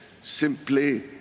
simply